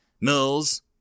Mills